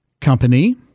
company